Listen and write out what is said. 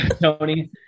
Tony